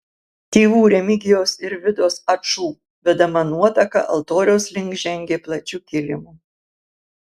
tėvų remigijaus ir vidos ačų vedama nuotaka altoriaus link žengė plačiu kilimu